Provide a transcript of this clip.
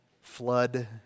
flood